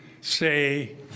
say